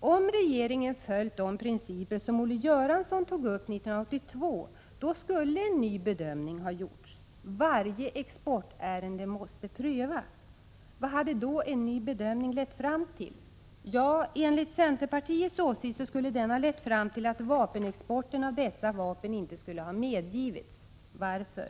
Om regeringen följt de principer som Olle Göransson tog upp 1982, skulle en ny bedömning ha gjorts. Varje exportärende måste prövas! Vad hade då en ny bedömning lett fram till? Ja, enligt centerpartiets åsikt skulle den ha lett fram till att export av dessa vapen inte skulle ha medgivits. Varför?